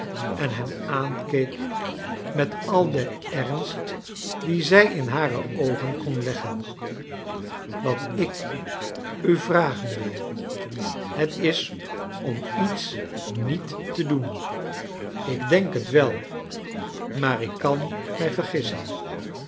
en hem aankeek met al den ernst dien zij in hare oogen kon leggen wat ik u vragen wil het is om iets niet te doen ik denk het wel maar ik kan mij vergissen